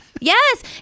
Yes